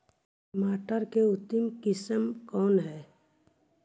टमाटर के उतम किस्म कौन है?